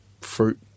fruit